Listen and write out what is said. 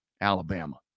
Alabama